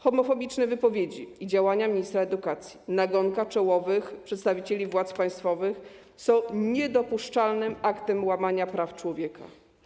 Homofobiczne wypowiedzi i działania ministra edukacji, nagonka czołowych przedstawicieli władz państwowych są niedopuszczalnym aktem łamania praw człowieka.